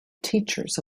teachers